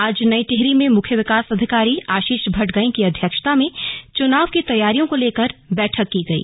आज नई टिहरी में मुख्य विकास अधिकारी आशीष भट्टगाई की अध्यक्षता में चुनाव की तैयारियों को लेकर बैठक की गई